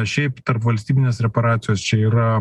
šiaip tarpvalstybinės reparacijos čia yra